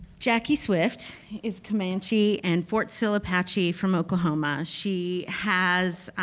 jackie swift is comanche and fort sill apache from oklahoma. she has